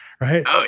right